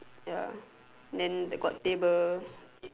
ya then got table